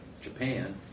Japan